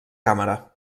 càmera